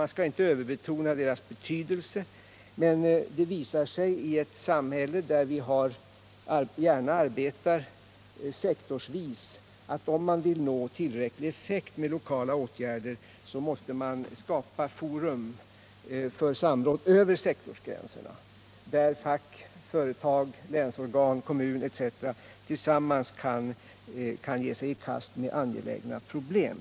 Man skall inte överbetona deras betydelse, men det visar sig i ett samhälle där vi gärna arbetar sektorsvis, att om man vill nå tillräcklig effekt med lokala åtgärder måste man skapa forum för samråd över sektorsgränserna, där fack, företag, länsorgan, kommuner etc. tillsammans kan ge sig i kast med angelägna problem.